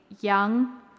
young